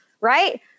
right